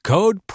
Code